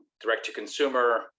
direct-to-consumer